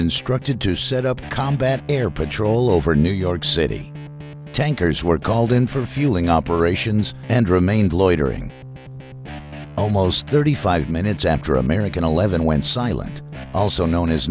instructed to set up combat air patrol over new york city tankers were called in for fueling operations and remained loitering almost thirty five minutes after american eleven went silent also known as